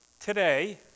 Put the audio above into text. Today